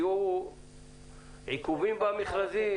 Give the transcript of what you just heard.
יהיו עיכובים במכרזים?